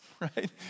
right